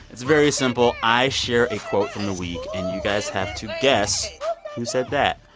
it's very simple. i share a quote from the week, and you guys have to guess who said that.